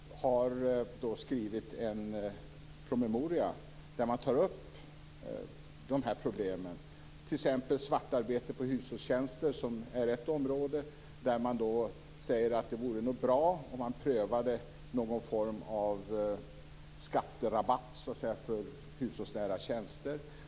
Fru talman! Det är så att Riksskatteverket har skrivit en promemoria där man tar upp de här problemen, t.ex. svartarbete i fråga om hushållstjänster. Det är ett område. Man säger att det vore bra att pröva någon form av skatterabatt för hushållsnära tjänster.